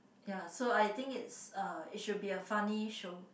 ya so I think it's uh it should be a funny show